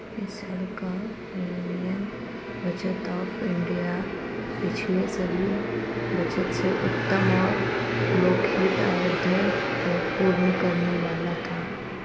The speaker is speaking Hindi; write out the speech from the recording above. इस साल का यूनियन बजट ऑफ़ इंडिया पिछले सभी बजट से उत्तम और लोकहित उद्देश्य को पूर्ण करने वाला था